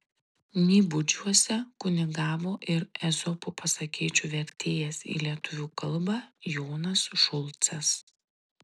nybudžiuose kunigavo ir ezopo pasakėčių vertėjas į lietuvių kalbą jonas šulcas